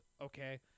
okay